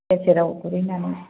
बोसोराव गुरहैनानै